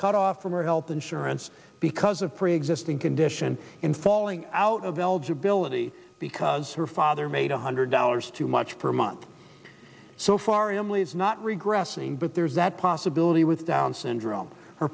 off from her health insurance because of preexisting condition in falling out of eligibility because her father made a hundred dollars too much per month so far emily's not regressing but there's that possibility with down syndrome her